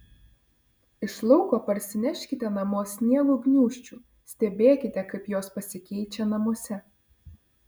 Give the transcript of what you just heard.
iš lauko parsineškite namo sniego gniūžčių stebėkite kaip jos pasikeičia namuose